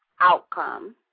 outcome